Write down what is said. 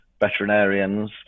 veterinarians